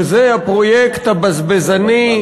שזה הפרויקט הבזבזני,